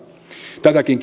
tätäkin